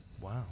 wow